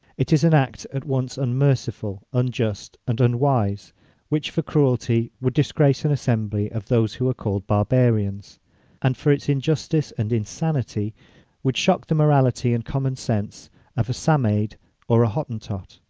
it is an act at once unmerciful, unjust, and unwise which for cruelty would disgrace an assembly of those who are called barbarians and for its injustice and insanity would shock the morality and common sense of a samaide or a hottentot.